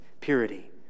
purity